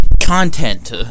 Content